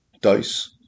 dice